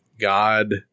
God